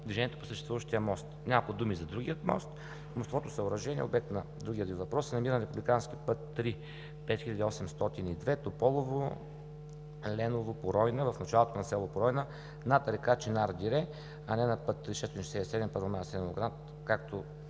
движението по съществуващия мост. Няколко думи за другия мост. Мостовото съоръжение, обект на другия Ви въпрос, се намира на републикански път III-5802 – Тополово – Еленово – Поройна, в началото на село Поройна над река Чинар дере, а не на път III – 667 Първомай